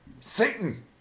Satan